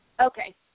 Okay